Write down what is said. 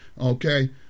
Okay